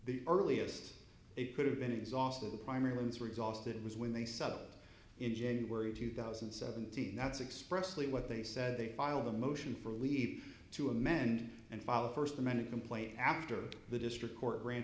the earliest it could have been exhausted the primary ones were exhausted it was when they settled in january two thousand and seventeen that's expressed what they said they filed a motion for leave to amend and follow the first amended complaint after the district court gran